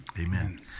Amen